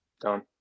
Done